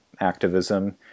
activism